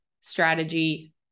strategy